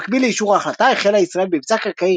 במקביל לאישור ההחלטה החלה ישראל במבצע קרקעי